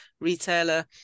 retailer